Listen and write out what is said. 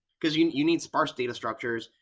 because you you need sparse data structures,